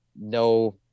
no